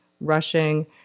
rushing